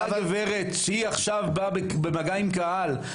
אותה גברת שהיא עכשיו באה במגע עם קהל,